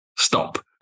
Stop